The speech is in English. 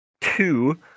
Two